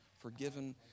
forgiven